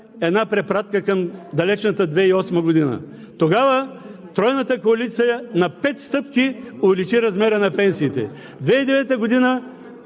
една препратка към далечната 2008 г. Тогава Тройната коалиция на пет стъпки увеличи размера на пенсиите – 2009 г.,